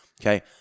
Okay